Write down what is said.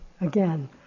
again